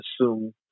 assume